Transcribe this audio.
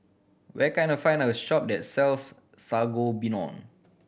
where can I find a shop that sells Sangobion